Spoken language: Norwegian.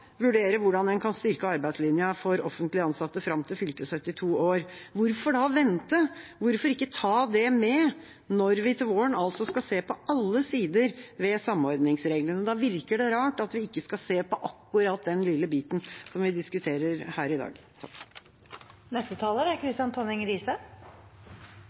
vurdere hvordan en kan styrke arbeidslinja for offentlig ansatte fram til fylte 72 år, hvorfor da vente, hvorfor ikke ta det med når vi til våren skal se på alle sider ved samordningsreglene? Da virker det rart at vi ikke skal se på akkurat den lille biten som vi diskuterer her i dag. Det er